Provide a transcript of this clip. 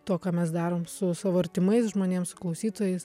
tuo ką mes darom su savo artimais žmonėm su klausytojais